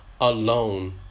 alone